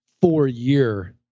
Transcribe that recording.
four-year